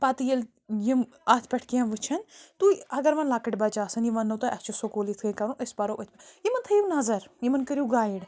پتہٕ ییٚلہِ یِم اَتھ پٮ۪ٹھ کیٚنٛہہ وُچھیٚن تُہۍ اگر وۄنۍ لۄکٕٹۍ بچہِ آسیٚن یِم وَننو تۄہہِ اسہِ چھُ سکوٗل یِتھ کٔنۍ کرُن أسۍ پرو أتھی پٮ۪ٹھ یَمن تھٲیو نظر یِمن کرِو گایڈ